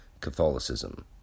Catholicism